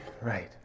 right